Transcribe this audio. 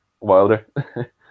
Wilder